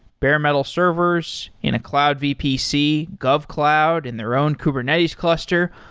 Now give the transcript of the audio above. bare metal servers in a cloud vpc, govcloud and their own kubernetes cluster,